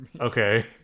Okay